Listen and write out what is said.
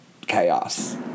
chaos